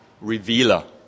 revealer